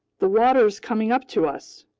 the water's coming up to us!